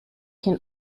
can